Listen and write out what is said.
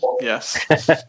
Yes